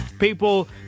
People